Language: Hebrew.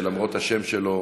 שלמרות השם שלו,